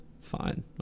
Fine